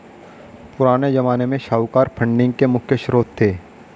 पुराने ज़माने में साहूकार फंडिंग के मुख्य श्रोत थे